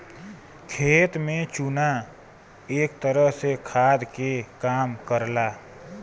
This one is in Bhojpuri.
खेत में चुना एक तरह से खाद के काम करला